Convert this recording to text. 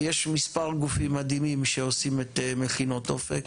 ויש מספר גופים מדהימים שעושים את מכינות אופק,